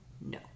No